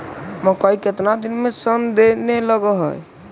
मकइ केतना दिन में शन देने लग है?